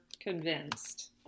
convinced